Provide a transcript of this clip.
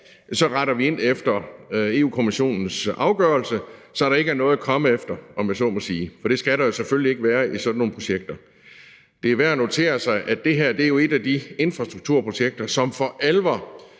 retter vi ind efter Europa-Kommissionens afgørelse, så der ikke er noget at komme efter, om jeg så må sige. For det skal der jo selvfølgelig ikke være i sådan nogle projekter. Det er værd at notere sig, at det her jo er et af de infrastrukturprojekter, som for alvor